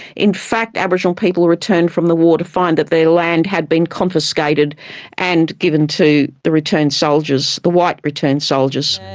in fact aboriginal people returned from the war to find that their land had been confiscated and given to the returned soldiers. the white returned soldiers.